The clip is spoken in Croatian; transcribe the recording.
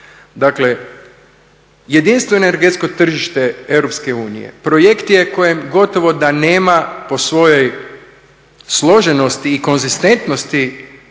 Dakle jedinstveno energetsko tržište Europske unije projekt je kojem gotovo da nema po svojoj složenosti i konzistentnosti